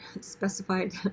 specified